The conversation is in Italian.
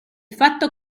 fatto